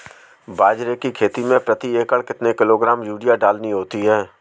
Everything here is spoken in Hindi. बाजरे की खेती में प्रति एकड़ कितने किलोग्राम यूरिया डालनी होती है?